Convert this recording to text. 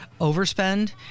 overspend